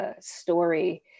story